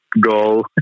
go